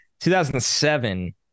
2007